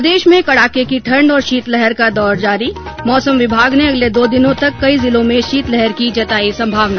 प्रदेश में कड़ाके की ठंड और शीतलहर का दौर जारी मौसम विभाग ने अगले दो दिनों तक कई जिलों में शीतलहर की जताई संभावना